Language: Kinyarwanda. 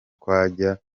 twajya